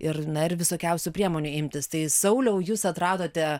ir na ir visokiausių priemonių imtis tai sauliau jūs atradote